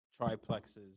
triplexes